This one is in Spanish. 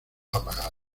apagado